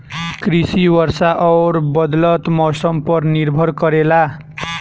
कृषि वर्षा और बदलत मौसम पर निर्भर करेला